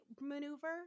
maneuver